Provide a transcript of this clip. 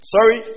Sorry